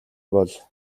бол